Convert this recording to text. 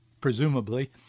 presumably